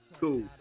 cool